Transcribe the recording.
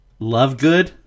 Lovegood